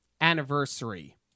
anniversary